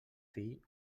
fill